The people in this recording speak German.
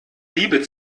liebe